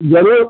ज़रूर